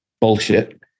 bullshit